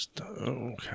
Okay